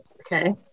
okay